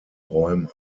räume